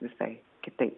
visai kitaip